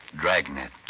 Dragnet